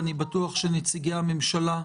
אני בטוח שנציגי הממשלה,